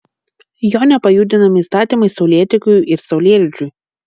jo nepajudinami įstatymai saulėtekiui ir saulėlydžiui